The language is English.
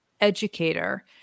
educator